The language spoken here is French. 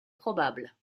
probables